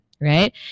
right